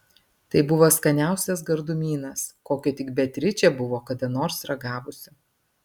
tai buvo skaniausias gardumynas kokio tik beatričė buvo kada nors ragavusi